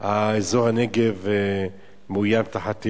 שאזור הנגב מאוים תחת טילים.